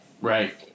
Right